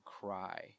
cry